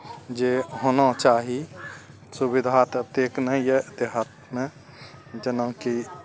जे होना चाही सुविधा ततेक नहि यऽ देहातमे जेनाकि